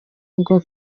ngo